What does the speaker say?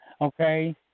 Okay